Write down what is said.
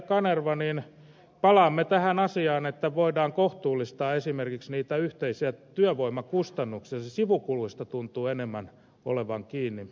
kanerva palaamme tähän asiaan että voidaan kohtuullistaa esimerkiksi niitä yhteisiä työvoimakustannuksia se tuntuu sivukuluista enemmän olevan kiinni